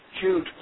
Jude